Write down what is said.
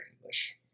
English